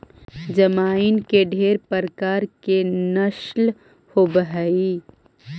जमाइन के ढेर प्रकार के नस्ल होब हई